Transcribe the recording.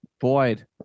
Boyd